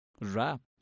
wrapped